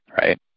Right